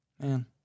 Man